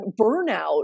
burnout